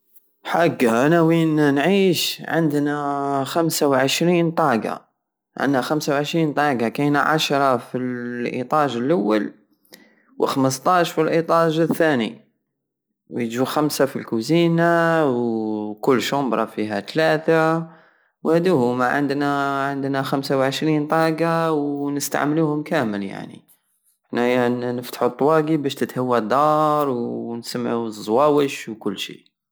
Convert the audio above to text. حقا انا وين نعيش عندنا خمسة وعشرين طاقة عندنا خمسة وعشرين طاقة كاسن هشرة في الاطاج الاول وخمسطاش في الايطاج التاني يجو خمسة فالكوزينة وطل شومبرة فيها تلاتة وهادو هوما عندنا- عندنا خمسة وعشرين طاقة ونستعملوهم كامل يعني حنا نفتحو الطواقي بش تتهوى الدار ونسمعو الزواوش وكل شي